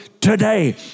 today